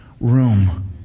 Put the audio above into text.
room